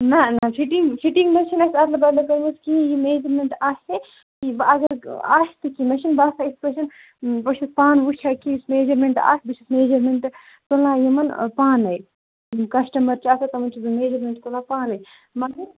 نہ نہ fitting fitting منٛز چھِنہٕ اَسہِ اَدٕ بَدلہٕ کٔرمٕژ کِہیٖنۍ یہِ میجَرمٮ۪نٛٹ آسے اگر آسہِ تہِ کیٚنٛہہ مےٚ چھُنہٕ باسان یِتھ پٲٹھۍ بہٕ چھَس پانہٕ وٕچھان کہِ یُس میجَرمٮ۪نٛٹ آسہٕ بہٕ چھَس میجَرمٮ۪نٛٹ تُلان یِمَن پانَے کَسٹَمَر چھِ آسان تِمَن چھُس بہٕ میجَرمٮ۪نٛٹ تُلان پانَے مگر